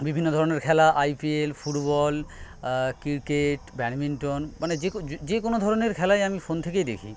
বিভিন্ন ধরণের খেলা আইপিএল ফুটবল ক্রিকেট ব্যাটমিন্টন মানে যে যে কোনো ধরণের খেলাই আমি ফোন থেকেই দেখি